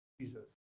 Jesus